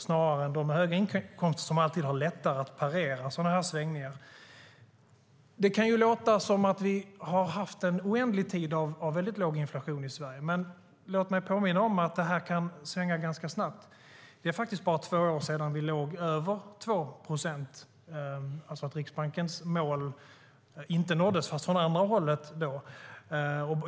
De med höga inkomster har alltid lättare att parera svängningar. Det kan låta som att vi har haft en oändlig tid av låg inflation i Sverige, men låt mig påminna om att det kan svänga ganska snabbt. Det är bara två år sedan vi låg över 2 procent och Riksbankens mål inte nåddes, fast från andra hållet.